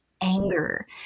anger